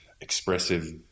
expressive